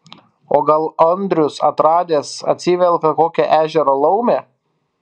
o gal andrius atradęs atsivelka kokią ežero laumę